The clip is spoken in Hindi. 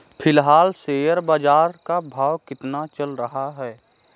फिलहाल शेयर बाजार का भाव कितना चल रहा है?